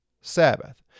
Sabbath